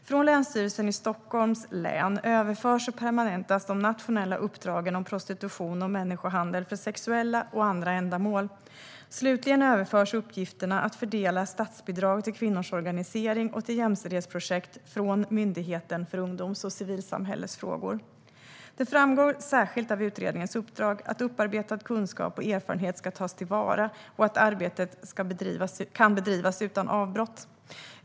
Från Länsstyrelsen i Stockholms län överförs och permanentas de nationella uppdragen om prostitution och människohandel för sexuella och andra ändamål. Slutligen överförs uppgifterna att fördela statsbidrag till kvinnors organisering och till jämställdhetsprojekt från Myndigheten för ungdoms och civilsamhällesfrågor. Det framgår särskilt av utredningens uppdrag att upparbetad kunskap och erfarenhet ska tas till vara och att arbetet kan bedrivas utan avbrott.